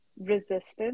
resistance